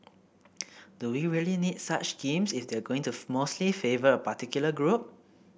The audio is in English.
do we really need such schemes if they're going to mostly favour a particular group